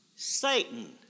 Satan